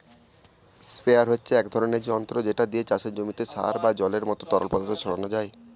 sprayer হচ্ছে এক ধরণের যন্ত্র যেটা দিয়ে চাষের জমিতে সার বা জলের মত তরল পদার্থ ছড়ানো যায়